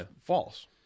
false